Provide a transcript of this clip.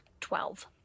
Twelve